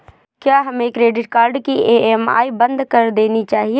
क्या हमें credit card की ई.एम.आई बंद कर देनी चाहिए?